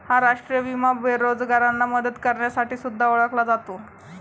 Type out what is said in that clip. हा राष्ट्रीय विमा बेरोजगारांना मदत करण्यासाठी सुद्धा ओळखला जातो